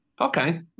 Okay